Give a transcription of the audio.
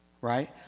right